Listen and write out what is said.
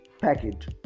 package